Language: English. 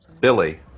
Billy